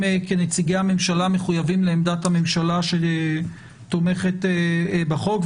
הם כנציגי הממשלה מחויבים לעמדת הממשלה שתומכת בחוק,